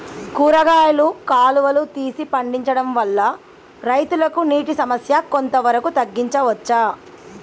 కూరగాయలు కాలువలు తీసి పండించడం వల్ల రైతులకు నీటి సమస్య కొంత వరకు తగ్గించచ్చా?